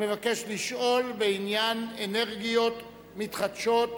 המבקש לשאול בעניין אנרגיות מתחדשות.